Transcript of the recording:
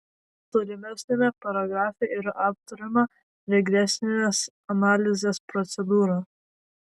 tolimesniame paragrafe yra aptariama regresinės analizės procedūra